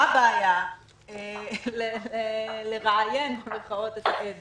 מה הבעיה לראיין את העד